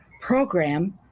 program